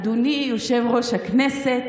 אדוני יושב-ראש הכנסת,